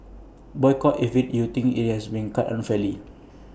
boycott IT if you think IT has been cut unfairly